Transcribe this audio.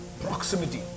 Proximity